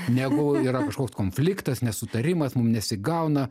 negu yra kažkoks konfliktas nesutarimas mum nesigauna